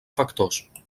factors